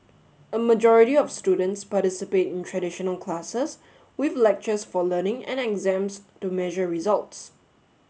a majority of students participate in traditional classes with lectures for learning and exams to measure results